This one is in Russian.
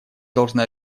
должны